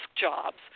jobs